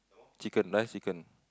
chicken rice chicken